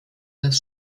das